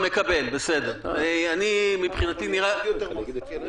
מבחינתי זה יותר --- אתה יודע מה, מקבל, בסדר.